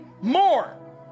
more